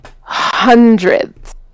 hundreds